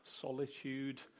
solitude